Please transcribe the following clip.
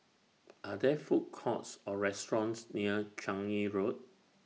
Are There Food Courts Or restaurants near Changi Road